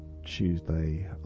tuesday